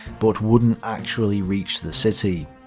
but wouldn't actually reach the city.